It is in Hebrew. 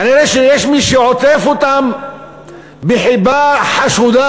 כנראה שיש מי שעוטף אותם בחיבה חשודה,